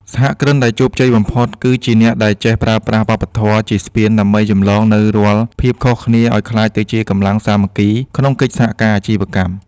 សហគ្រិនដែលជោគជ័យបំផុត គឺជាអ្នកដែលចេះប្រើប្រាស់វប្បធម៌ជាស្ពានដើម្បីចម្លងនូវរាល់ភាពខុសគ្នាឱ្យក្លាយទៅជាកម្លាំងសាមគ្គីក្នុងកិច្ចសហការអាជីវកម្ម។